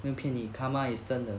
没有骗你 karma 是真的